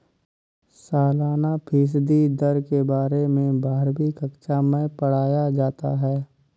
सालाना फ़ीसदी दर के बारे में बारहवीं कक्षा मैं पढ़ाया जाता है